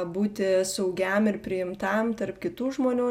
būti saugiam ir priimtam tarp kitų žmonių